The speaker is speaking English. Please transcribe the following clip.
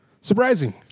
Surprising